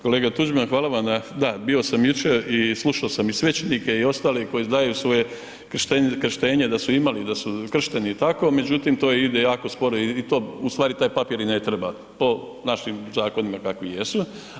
Kolega Tuđman hvala vam na, da bio sam jučer i slušao sam i svećenike i ostale koji daju svoje krštenje da su imali, da su kršteni i tako, međutim, to ide jako sporo i to, u stvari taj papir ne treba po našim zakonima kakvi jesu.